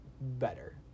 better